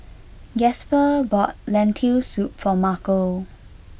Gasper bought Lentil Soup for Markel